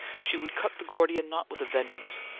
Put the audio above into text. she would cut the gordian knot with a vengeance.